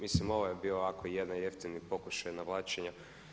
Mislim ovo je bio ovako jedan jeftini pokušaj navlačenja.